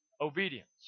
obedience